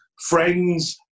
friends